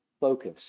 focus